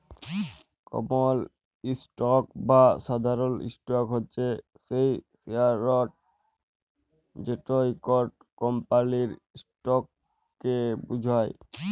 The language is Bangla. কমল ইসটক বা সাধারল ইসটক হছে সেই শেয়ারট যেট ইকট কমপালির ইসটককে বুঝায়